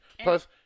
Plus